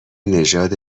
نژاد